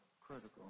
critical